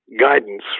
guidance